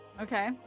Okay